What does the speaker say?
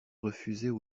refusaient